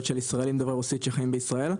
של ישראלים דוברי רוסית שחיים בישראל.